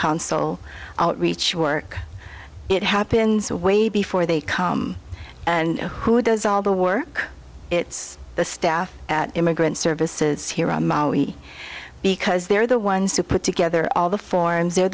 consul outreach work it happens away before they come and who does all the work it's the staff at immigrant services here on maui because they're the ones who put together all the forms they're